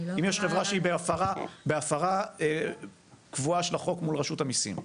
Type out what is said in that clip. אם יש חברה שהיא בהפרה קבועה של החוק מול רשות המיסים.